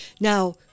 Now